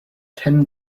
ten